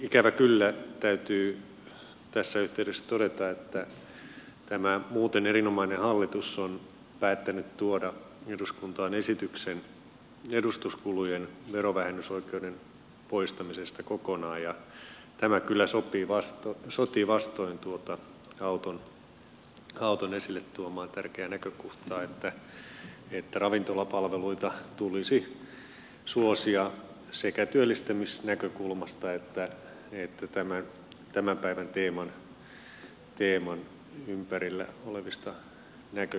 ikävä kyllä täytyy tässä yhteydessä todeta että tämä muuten erinomainen hallitus on päättänyt tuoda eduskuntaan esityksen edustuskulujen verovähennysoikeuden poistamisesta kokonaan ja tämä kyllä sotii vastoin tuota auton esille tuomaa tärkeää näkökohtaa että ravintolapalveluita tulisi suosia sekä työllistämisnäkökulmasta että tämän päivän teeman ympärillä olevista näkökohdista